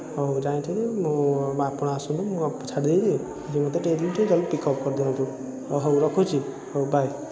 ହଉ ଯାଇକରି ମୁଁ ଆପଣ ଆସନ୍ତୁ ମୁଁ ଛାଡ଼ି ଦେଇକି ମୋତେ ଟିକିଏ ଜଲ୍ଦି ପିକଅପ୍ କରିଦିଅନ୍ତୁ ହଉ ରଖୁଛି ହଉ ବାଏ